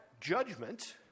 judgment